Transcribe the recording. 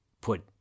put